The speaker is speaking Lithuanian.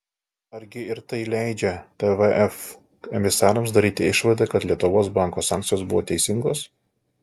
argi ir tai leidžia tvf emisarams daryti išvadą kad lietuvos banko sankcijos buvo teisingos